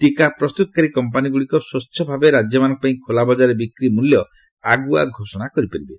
ଟିକା ପ୍ରସ୍ତୁତକାରୀ କମ୍ପାନିଗୁଡ଼ିକ ସ୍ପଚ୍ଛଭାବେ ରାଜ୍ୟମାନଙ୍କ ପାଇଁ ଖୋଲାବଜାରରେ ବିକ୍ରି ମୂଲ୍ୟ ଆଗୁଆ ଘୋଷଣା କରିପାରିବେ